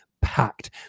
packed